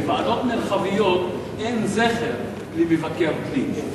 בוועדות מרחביות אין זכר למבקר פנים,